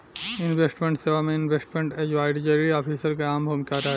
investment सेवा में investment advisory officer के अहम भूमिका रहेला